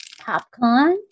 popcorn